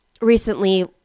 recently